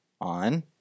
On